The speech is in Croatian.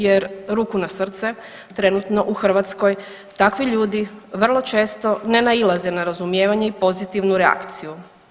Jer ruku na srce trenutno u Hrvatskoj takvi ljudi vrlo često ne nailaze na razumijevanje i pozitivnu reakciju.